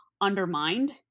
undermined